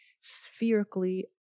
spherically